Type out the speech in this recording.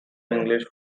english